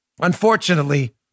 Unfortunately